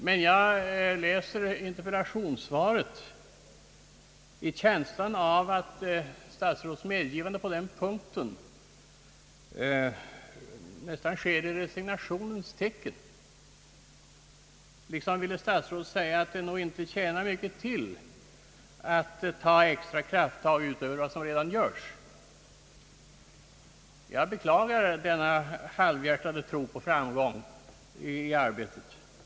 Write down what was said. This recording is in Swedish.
Jag läser emellertid interpellationssvaret i känslan av att statsrådets medgivande på den punkten nästan sker i resignationens tecken, liksom ville statsrådet säga att det nog inte tjänar mycket till att ta extra krafttag utöver vad som redan görs. Jag beklagar denna halvhjärtade tro på framgång i arbetet.